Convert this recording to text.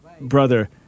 Brother